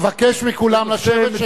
אבקש מכולם לשבת,